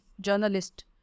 journalist